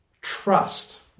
trust